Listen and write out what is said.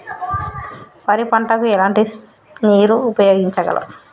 వరి పంట కు ఎలాంటి నీరు ఉపయోగించగలం?